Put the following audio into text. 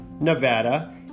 Nevada